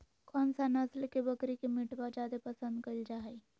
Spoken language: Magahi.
कौन सा नस्ल के बकरी के मीटबा जादे पसंद कइल जा हइ?